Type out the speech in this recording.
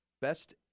Best